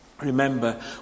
Remember